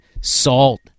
salt